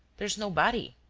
there is nobody.